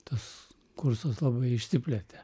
tas kursas labai išsiplėtė